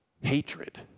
hatred